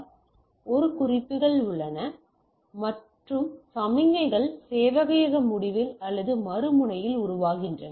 எனவே ஒரு குறிப்புகள் உள்ளன மற்றும் சமிக்ஞைகள் சேவையக முடிவில் அல்லது மறு முனையில் உருவாகின்றன